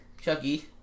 Chucky